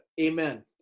amen